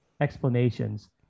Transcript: explanations